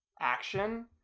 action